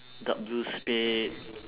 dark blue spade